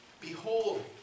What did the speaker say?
Behold